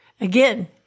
Again